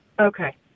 Okay